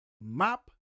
Map